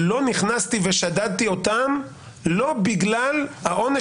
לא נכנסתי ושדדתי אותם לא בגלל העונש